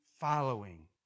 following